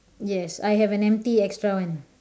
yes I have an empty extra one